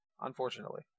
Unfortunately